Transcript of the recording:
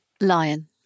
Lion